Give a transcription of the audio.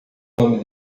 nome